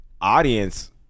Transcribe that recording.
audience